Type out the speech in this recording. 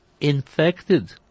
infected